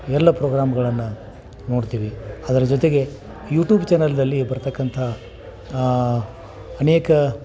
ಎಲ್ಲ ಪ್ರೋಗ್ರಾಮ್ಗಳನ್ನು ನೋಡ್ತೀವಿ ಅದ್ರ ಜೊತೆಗೆ ಯೂಟೂಬ್ ಚಾನಲ್ನಲ್ಲಿ ಬರತಕ್ಕಂತಹ ಅನೇಕ